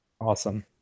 Awesome